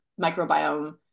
microbiome